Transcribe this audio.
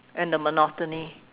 and the monotony